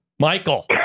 Michael